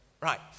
Right